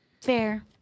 Fair